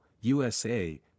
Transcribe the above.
USA